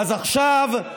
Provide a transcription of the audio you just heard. אז עכשיו,